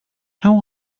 how